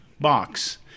box